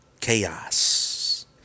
chaos